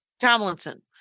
Tomlinson